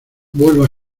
vuelvo